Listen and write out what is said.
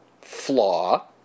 flaw